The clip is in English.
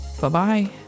Bye-bye